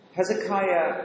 Hezekiah